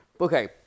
okay